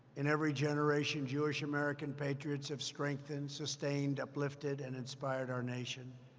in every generation, jewish american patriots have strengthened, sustained, uplifted, and inspired our nation.